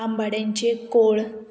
आंबाड्यांचें कोळ